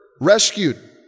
rescued